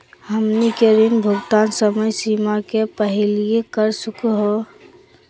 हमनी के ऋण भुगतान समय सीमा के पहलही कर सकू हो?